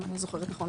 אם אני זוכרת נכון,